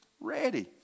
ready